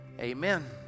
Amen